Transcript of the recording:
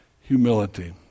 humility